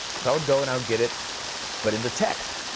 so i would go and i would get it put into text,